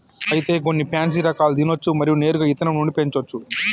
అయితే గొన్ని పాన్సీ రకాలు తినచ్చు మరియు నేరుగా ఇత్తనం నుండి పెంచోచ్చు